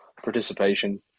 participation